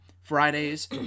Fridays